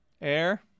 air